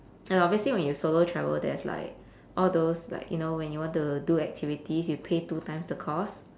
and obviously when you solo travel there's like all those like you know when you want to do activities you pay two times the cost